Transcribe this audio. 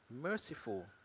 merciful